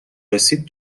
رسید